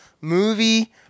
Movie